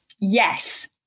yes